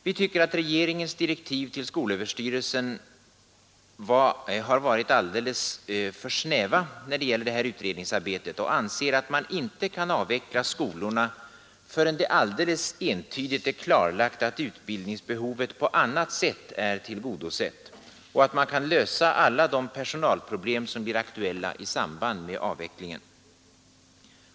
Vi tycker att regeringens direktiv till skolöverstyrelsen när det gäller det här utredningsarbetet har varit alldeles för snäva och anser att man inte kan avveckla skolorna förrän det alldeles entydigt är klarlagt att utbildningsbehovet på annat sätt är tillgodosett och att man kan lösa alla de personalproblem som blir aktuella i samband med avvecklingen.